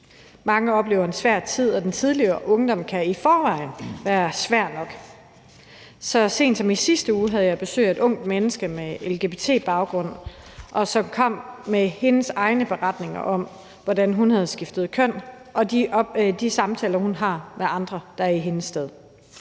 Mange oplever en svær tid, og den tidlige ungdom kan i forvejen være svær nok. Så sent som i sidste uge havde jeg besøg af et ungt menneske med lgbt-baggrund, som kom med sine egne beretninger om, hvordan hun havde skiftet køn, og de samtaler, hun har med andre, der er i hendes sted.